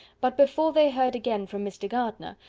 but before they heard again from mr. gardiner,